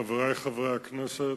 חברי חברי הכנסת,